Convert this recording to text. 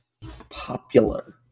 popular